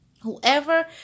Whoever